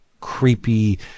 creepy